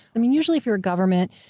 i mean, usually if you're a government,